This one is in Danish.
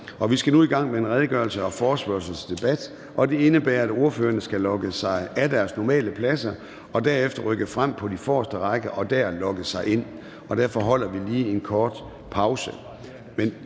Vi skal nu i gang med en redegørelses- og forespørgselsdebat, og det indebærer, at ordførerne skal logge sig af på deres normale pladser og derefter rykke frem på de forreste rækker og logge sig ind dér. Derfor holder vi lige en kort pause.